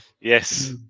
Yes